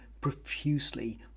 profusely